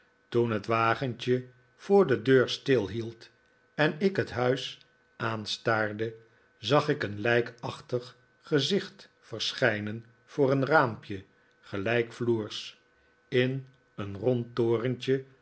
toen het wagentje voor de deur stilhield en ik het huis aanstaarde zag ik een lijkachtig gezicht verschijnen voor een raampje gelijkvloers in een rond torentje